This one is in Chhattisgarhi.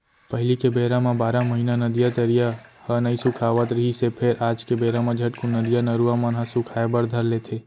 पहिली के बेरा म बारह महिना नदिया, तरिया ह नइ सुखावत रिहिस हे फेर आज के बेरा म झटकून नदिया, नरूवा मन ह सुखाय बर धर लेथे